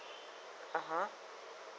(uh huh)